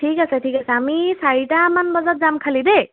ঠিক আছে ঠিক আছে আমি চাৰিটামান বজাত যাম খালি দেই